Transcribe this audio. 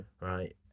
right